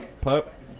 pup